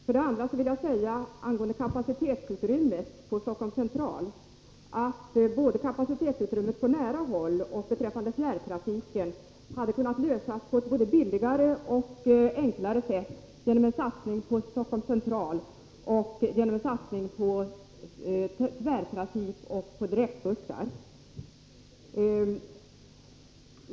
För det andra vill jag säga angående kapacitetsutrymmet på Stockholms central att problemet beträffande såväl närtrafiken som fjärrtrafiken hade kunnat lösas på ett både billigare och enklare sätt genom en satsning på Stockholms central, tvärtrafik och direktbussar.